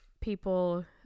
people